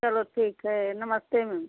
चलो ठीक है नमस्ते मैम